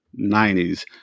90s